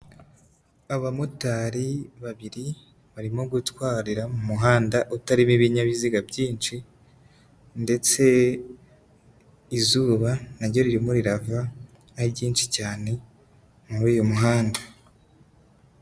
Abamotari babiri barimo gutwarira mu muhanda utarimo ibinyabiziga byinshi ndetse izuba naryo ririmo rirava ari ryinshi cyane muri uyu muhanda.